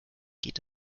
geht